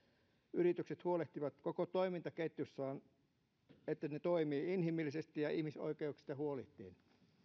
yritykset huolehtivat koko toimintaketjussaan siitä että ne toimivat inhimillisesti ja ihmisoikeuksista huolehtien